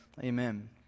Amen